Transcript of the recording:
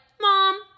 mom